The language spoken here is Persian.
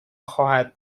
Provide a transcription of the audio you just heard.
خواهد